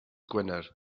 gwener